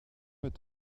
est